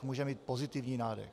Může mít pozitivní nádech.